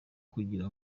kugira